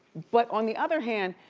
but on the other hand,